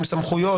עם סמכויות,